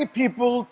people